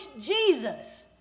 Jesus